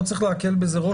לא צריך להקל בזה ראש.